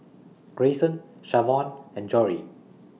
Greyson Shavon and Jory